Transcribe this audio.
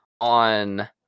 on